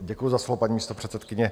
Děkuji za slovo, paní místopředsedkyně.